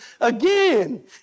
again